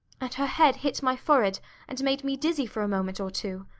and her head hit my forehead and made me dizzy for a moment or two.